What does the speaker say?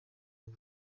w’u